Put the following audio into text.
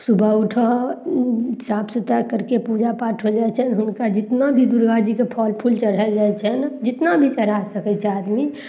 सुबह उठऽ साफ सुथरा करिके पूजापाठ हो जाइ छै हुनका जितना भी दुर्गा जीके फल फूल चढ़ाओल जाइ छनि जितना भी चढ़ा सकय छै आदमी